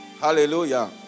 Hallelujah